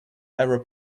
error